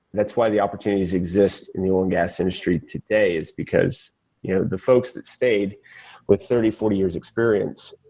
that's why the opportunities exist in the oil and gas industry today is because yeah the folks that stayed with thirty four years' experience,